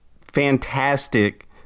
fantastic